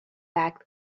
back